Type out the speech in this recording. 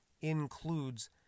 includes